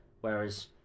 whereas